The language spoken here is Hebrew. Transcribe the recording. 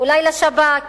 אולי לשב"כ?